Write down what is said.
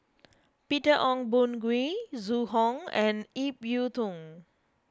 Peter Ong Boon Kwee Zhu Hong and Ip Yiu Tung